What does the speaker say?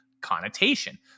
connotation